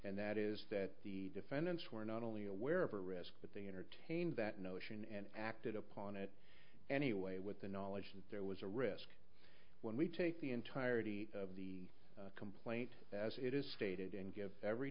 and that is that the defendants were not only aware of a risk but they entertained that notion and acted upon it anyway with the knowledge that there was a risk when we take the entirety of the complaint as it is stated and give every